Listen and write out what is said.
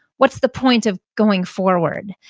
what's the point of going forward?